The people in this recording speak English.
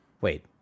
Wait